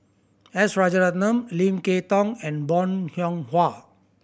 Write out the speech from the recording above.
S Rajaratnam Lim Kay Tong and Bong Hiong Hwa